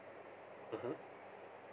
(uh huh)